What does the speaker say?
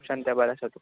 सांगता बरे आसा